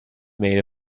made